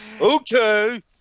Okay